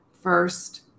first